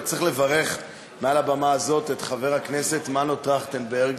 צריך לברך מעל הבמה הזאת את חבר הכנסת מנו טרכטנברג,